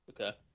Okay